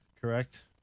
correct